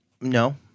no